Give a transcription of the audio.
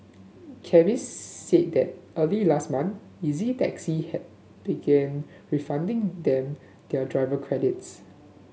Cabbies said that early last month Easy Taxi had began refunding them their driver credits